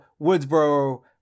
Woodsboro